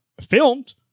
filmed